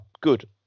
good